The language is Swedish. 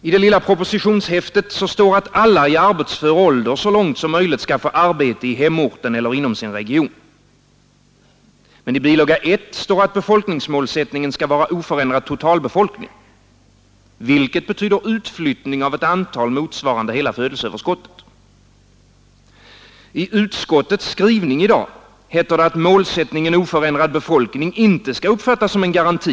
I lilla propositionshäftet står det att alla i arbetsför ålder så långt som möjligt skall få arbete i hemorten eller inom sin region. I bilaga 1 står det att befolkningsmålsättningen skall vara oförändrad totalbefolkning, vilket Nr 101 betyder utflyttning av ett antal motsvarande hela födelseöverskottet. I Måndagen den utskottets skrivning i dag heter det att målsättningen oförändrad 28 maj 1973 befolkning inte skall uppfattas som garanti.